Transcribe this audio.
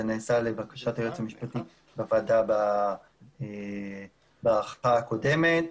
זה נעשה לבקשת היועץ המשפטי לוועדה בהארכה הקודמת,